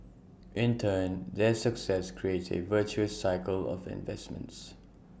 in turn their success creates A virtuous cycle of investments